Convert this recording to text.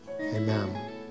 Amen